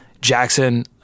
Jackson